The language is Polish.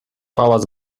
pałac